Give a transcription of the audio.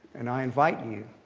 and i invite you,